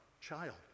child